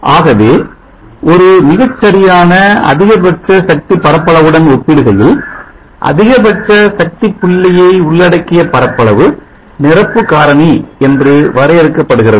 ஆகவே ஒரு மிகச்சரியான அதிகபட்ச சக்தி பரப்பளவுடன் ஒப்பிடுகையில் அதிகபட்ச சக்திப்புள்ளியை உள்ளடக்கிய பரப்பளவு நிரப்பு காரணி என்று வரையறுக்கப்படுகிறத